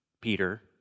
Peter